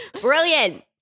Brilliant